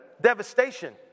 devastation